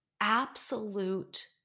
absolute